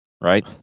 right